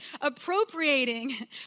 appropriating